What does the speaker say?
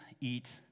eat